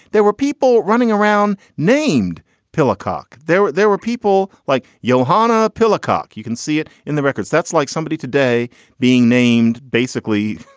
there were people running around named pill acok. there were. there were people like yohanna pill acok. you can see it in the records. that's like somebody today being named basically,